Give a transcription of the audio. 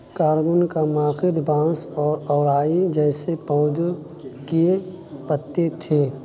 carbon کا ماخد بانس اور اوارئی جیسے پودے کے پتے تھے